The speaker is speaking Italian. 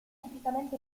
tipicamente